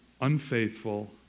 unfaithful